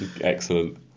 Excellent